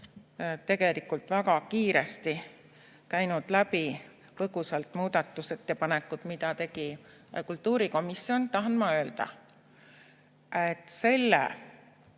tegelikult väga kiiresti käinud põgusalt läbi muudatusettepanekud, mida tegi kultuurikomisjon, tahan ma öelda, et selle